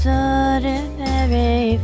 ordinary